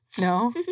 No